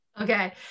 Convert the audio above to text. Okay